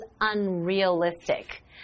unrealistic